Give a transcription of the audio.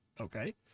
Okay